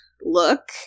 look